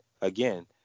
again